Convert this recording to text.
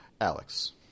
Alex